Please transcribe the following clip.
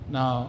Now